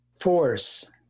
force